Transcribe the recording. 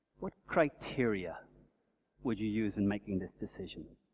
what criteria would you use in making this decision?